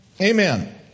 Amen